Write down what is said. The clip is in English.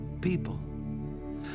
people